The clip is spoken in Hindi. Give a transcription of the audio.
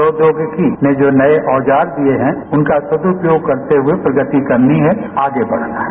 प्रौद्योगिकी ने जो नए औजार दिए हैं उनका सदुपयोग करते हुए प्रगति करनी है आगे बढ़ना है